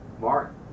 Mark